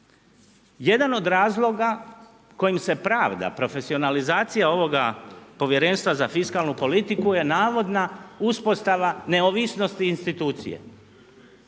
Jedan od razloga kojim se pravda profesionalizacija ovoga Povjerenstva za fiskalnu politiku je navodna uspostava neovisnosti institucije.